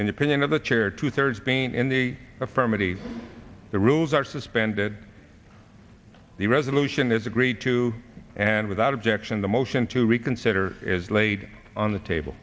independent of the chair two thirds being in the affirm already the rules are suspended the resolution is agreed to and without objection the motion to reconsider is laid on the table